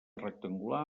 rectangular